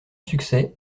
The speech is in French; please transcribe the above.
succès